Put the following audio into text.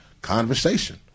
conversation